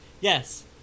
Yes